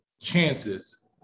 chances